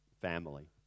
family